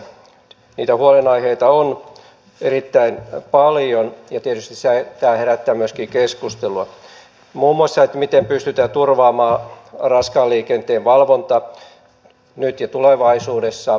niitä huolenaiheita on erittäin paljon ja tietysti nämä herättävät myöskin keskustelua muun muassa siitä miten pystytään turvaamaan raskaan liikenteen valvonta nyt ja tulevaisuudessa